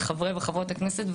לחברי וחברות הכנסת,